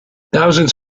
thousands